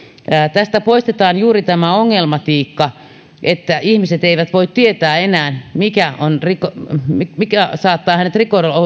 tästä poistetaan juuri tämä ongelmatiikka siitä että ihmiset eivät voi tietää enää mikä saattaa hänet